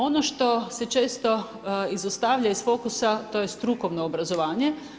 Ono što se često izostavlja iz fokusa to je strukovno obrazovanje.